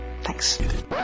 Thanks